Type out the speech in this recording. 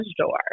door